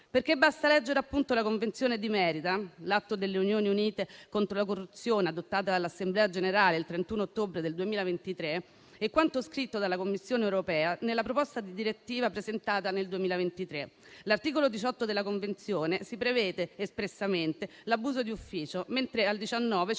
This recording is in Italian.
farlo basta leggere, infatti, la Convenzione di Merida, l'atto delle Nazioni Unite contro la corruzione, adottata dall'Assemblea generale il 31 ottobre del 2023, e quanto scritto dalla Commissione europea nella proposta di direttiva presentata nel 2023. All'articolo 18 della Convenzione si prevede espressamente l'abuso d'ufficio, mentre all'articolo